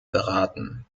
beraten